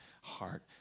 heart